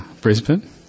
Brisbane